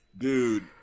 Dude